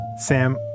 Sam